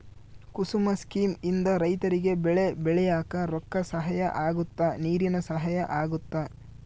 ಕುಸುಮ scheme ಇಂದ ರೈತರಿಗೆ ಬೆಳೆ ಬೆಳಿಯಾಕ ರೊಕ್ಕ ಸಹಾಯ ಅಗುತ್ತ ನೀರಿನ ಸಹಾಯ ಅಗುತ್ತ